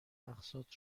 اقساط